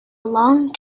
long